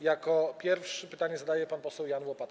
Jako pierwszy pytanie zadaje pan poseł Jan Łopata.